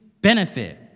benefit